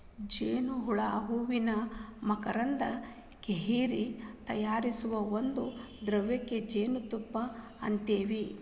ಜೇನ ಹುಳಾ ಹೂವಿನ ಮಕರಂದಾ ಹೇರಿ ತಯಾರಿಸು ಒಂದ ದ್ರವಕ್ಕ ಜೇನುತುಪ್ಪಾ ಅಂತೆವಿ